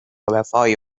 وفای